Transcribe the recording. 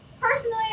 personally